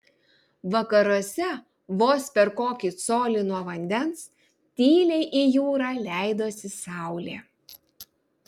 vakaruose vos per kokį colį nuo vandens tyliai į jūrą leidosi saulė